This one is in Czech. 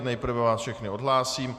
Nejprve vás všechny odhlásím.